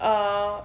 err